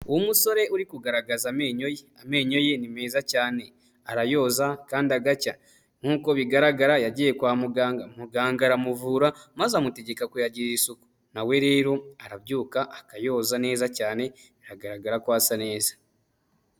Umusore uri kugaragaza amenyo ye. Amenyo ye ni meza cyane, arayoza kandi agacya. Nkuko bigaragara yagiye kwa muganga, muganga aramuvura maze amutegeka kuyagirira isuku, na we rero arabyuka akayoza neza cyane biragaragara ko asa neza.